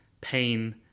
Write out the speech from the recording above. pain